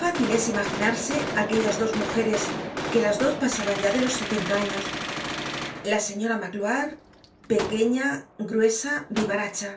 fácil es imaginarse aquellas dos mujeres que las dos pasaban ya de los setenta años la señora magloire pequeña gruesa vivaracha